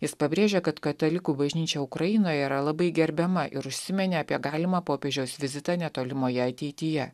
jis pabrėžė kad katalikų bažnyčia ukrainoje yra labai gerbiama ir užsiminė apie galimą popiežiaus vizitą netolimoje ateityje